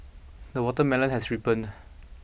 the watermelon has ripened